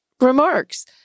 remarks